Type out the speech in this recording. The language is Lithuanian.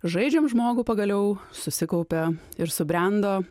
žaidžiam žmogų pagaliau susikaupė ir subrendo